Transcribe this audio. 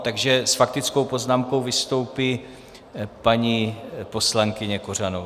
Takže s faktickou poznámkou vystoupí paní poslankyně Kořanová.